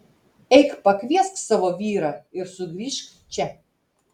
eik pakviesk savo vyrą ir sugrįžk čia